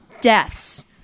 Deaths